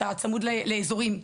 אתה צמוד לאזורים,